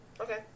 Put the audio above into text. Okay